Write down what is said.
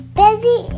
busy